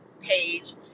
page